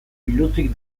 biluzik